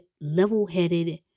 level-headed